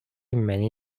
many